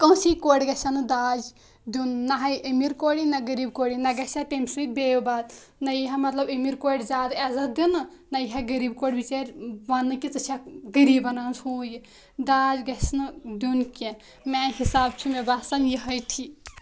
کٲنٛسی کورِ گژھن نہٕ داج دیُن نہ ہَے امیٖر کوری نہ غریٖب کوری نہ گژھِ ہے تٔمۍ سۭتۍ نہ یی ہہ مطلب امیٖر کورِ زیادٕ عزت دِنہٕ نہ یی ہہ غریٖب کورِ بِچارِ وَنٛنہٕ کہِ ژٕ چھَکھ غریٖبَن ہٕنٛز ہُہ یہِ داج گژھِ نہٕ دیُن کیٚنہہ میٛانہِ حِسابہٕ چھِ مےٚ باسان یِہوٚے ٹھی